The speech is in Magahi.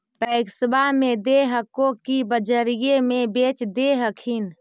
पैक्सबा मे दे हको की बजरिये मे बेच दे हखिन?